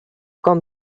come